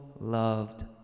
loved